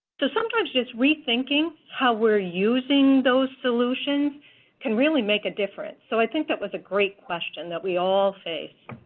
sometimes just rethinking how we're using those solutions can really make a difference. so, i think that was a great question that we all face.